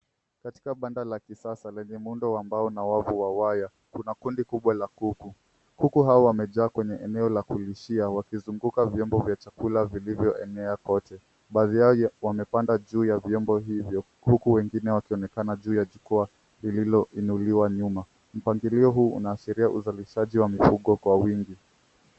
Katika banda la kisasa lenye muundo wa mbao na wavu wa waya kuna kundi kubwa la kuku. Kuku hao wamejaa kwenye eneo la kulishia wakizunguka vyombo vya chakula vilivyoenea kote. Baadhi yao wamepanda juu ya vyombo hivyo huku wengine wakionekana juu ya jukwaa lililoinuliwa nyuma. Mpangilio huu unaashiria uzalishaji wa mifugo kwa wingi.